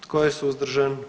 Tko je suzdržan?